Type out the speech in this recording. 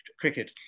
Cricket